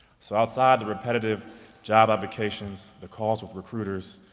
so outside the repetitive job applications, the calls of recruiters,